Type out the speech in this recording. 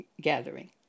gathering